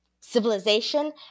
civilization